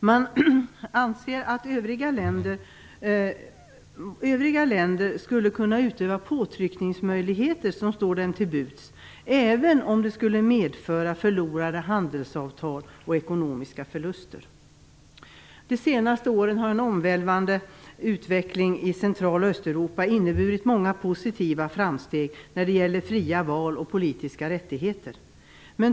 Det anses att övriga länder skulle kunna utöva påtryckningar med de möjligheter som står till buds, även om det skulle medföra förlorade handelsavtal och ekonomiska förluster. De senaste åren har en omvälvande utveckling i Central och Östeuropa inneburit många positiva framsteg när det gäller fria val och politiska rättigheter.